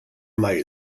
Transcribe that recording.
mai